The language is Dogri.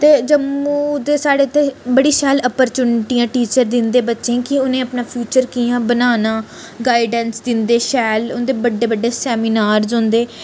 ते जम्मू ते साढ़े इत्थे बड़ी शैल ओपर्चूनिटी टीचर दिंदे बच्चें गी कि उ'नें अपना फ्यूचर कि'यां बनाना गाइडेंस दिंदे शैल उन्दे बड्डे बड्डे सेमीनार्स होंदे